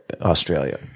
Australia